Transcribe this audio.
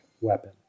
weapon